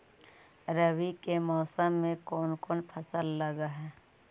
रवि के मौसम में कोन कोन फसल लग है?